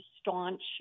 staunch